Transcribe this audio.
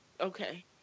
okay